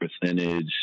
percentage